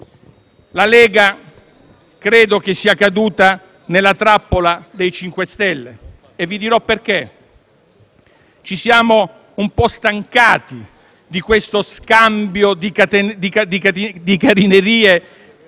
La Lega credo sia caduta nella trappola dei 5 Stelle e vi dirò perché. Ci siamo stancati di questo scambio di carinerie